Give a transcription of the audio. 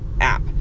app